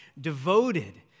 devoted